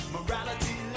Morality